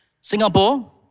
Singapore